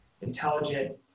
intelligent